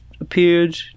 appeared